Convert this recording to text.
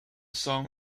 song